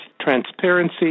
transparency